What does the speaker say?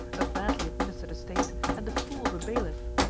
a badly administered estate, and a fool of a bailiff.